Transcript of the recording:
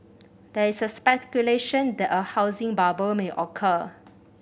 there is a speculation that a housing bubble may occur